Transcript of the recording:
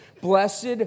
Blessed